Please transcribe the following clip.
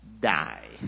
Die